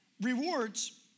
rewards